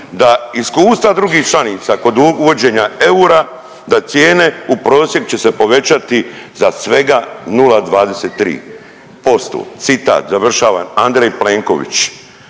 da iskustva drugih članica kod uvođenja eura da cijene u prosjek će se povećati za svega 0,23%, citat završavam Andrej Plenković.